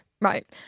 right